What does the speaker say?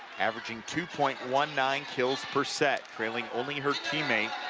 averaging two point one nine kills per set, trailing only her teammate,